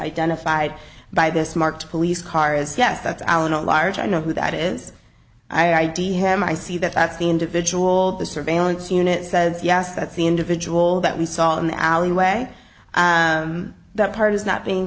identified by this marked police car as yes that's allan a large i know who that is i id him i see that that's the individual the surveillance unit says yes that's the individual that we saw in the alleyway that part is not being